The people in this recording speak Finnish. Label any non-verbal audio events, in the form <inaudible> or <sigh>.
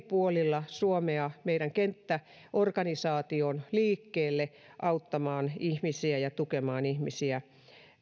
<unintelligible> puolilla suomea meidän kenttäorganisaatiomme liikkeelle auttamaan ihmisiä ja tukemaan ihmisiä